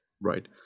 right